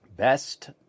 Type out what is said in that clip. Best